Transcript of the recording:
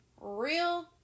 real